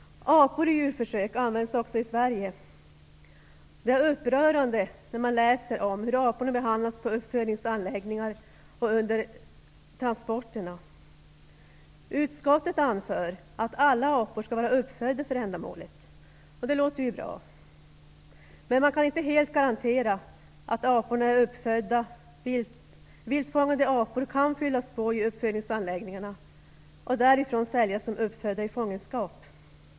Apor används i djurförsök också i Sverige. Det är upprörande att läsa om hur aporna behandlas på uppfödningsanläggningarna och under transporterna. Utskottet anför att alla apor skall vara uppfödda för ändamålet, och det låter ju bra. Men man kan inte helt garantera att aporna är uppfödda. Det kan fyllas på med viltfångade apor i uppfödningsanläggningarna, och de kan därifrån säljas som uppfödda i fångenskap.